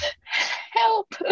Help